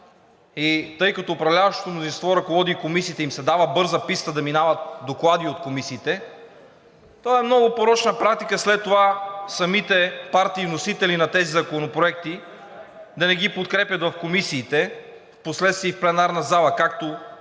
и тъй като управляващото мнозинство ръководи и комисиите и им се дава бърза писта да минават доклади от комисиите, това е много порочна практика след това самите партии вносители на тези законопроекти да не ги подкрепят в комисиите, впоследствие и в пленарната зала, както